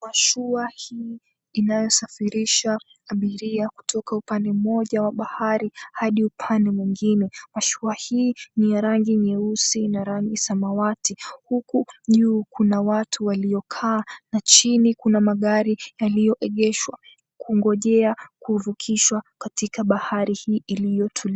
Mashua hii inayosafirisha abiria kutoka upande mmoja wa bahari adi upande mwengine, mashua hii ni ya rangi nyeusi na rangi samawati huku juu kuna watu waliokaa na chini kuna magari yaliyoegeshwa kungojea kuvukishwa katika bahari hii iliyo tulivu.